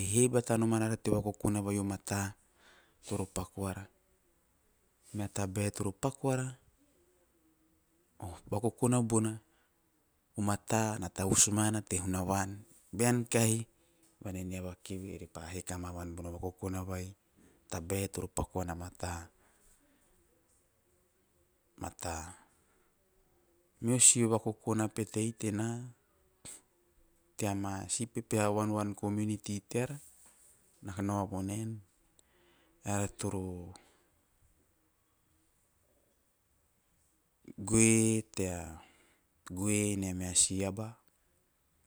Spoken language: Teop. he batanom arara bono vakokona vai o mata toro paku ara. O vakokona bona a mata na tavus mana te hunavan. Bean kahi vaneanava keve ove pa he kamavan bono vakokona vai a tabae toro paku an a mata, o meho si vakokona petei tena teama si pepeha wanwan community teara na nao voneu eara toro, goe tea goe nea meha si aba,